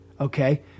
okay